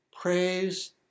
praise